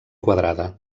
quadrada